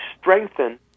strengthen